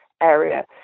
area